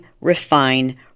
refine